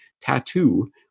tattoo